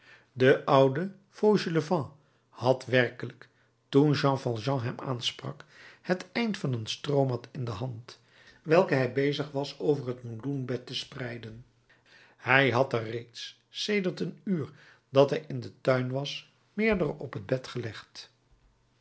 de oude fauchelevent had werkelijk toen jean valjean hem aansprak het eind van een stroomat in de hand welke hij bezig was over het meloenbed te spreiden hij had er reeds sedert een uur dat hij in den tuin was meerdere op het bed gelegd